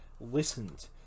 listened